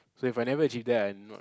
so if I never achieve that I not